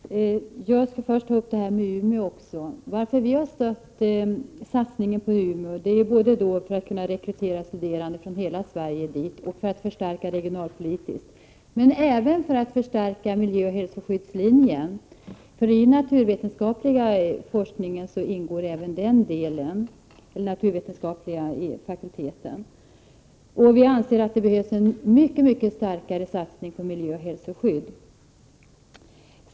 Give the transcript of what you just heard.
Fru talman! Jag skall först ta upp det här med utbildningen i Umeå. Vi har stött satsningen på Umeå för att man skall rekrytera studerande från hela Sverige, alltså en regionalpolitisk förstärkning, men även för att förstärka miljöoch hälsoskyddslinjen, som ingår i naturvetenskapliga fakultetens område. Vi anser att det blir en mycket starkare satsning på miljöoch hälsoskydd.